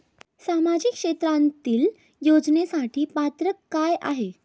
सामाजिक क्षेत्रांतील योजनेसाठी पात्रता काय आहे?